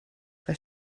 was